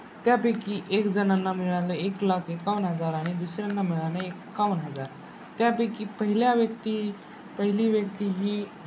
त्यापैकी एकजणांना मिळालं एक लाख एकावन्न हजार आणि दुसऱ्यांना मिळाले एकावन्न हजार त्यापैकी पहिल्या व्यक्ती पहिली व्यक्ती ही